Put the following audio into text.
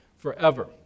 forever